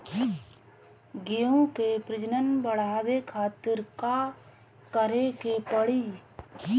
गेहूं के प्रजनन बढ़ावे खातिर का करे के पड़ी?